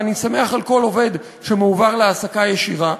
ואני שמח על כל עובד שמועבר להעסקה ישירה,